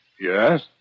Yes